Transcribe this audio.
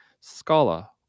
Scala